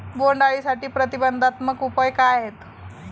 बोंडअळीसाठी प्रतिबंधात्मक उपाय काय आहेत?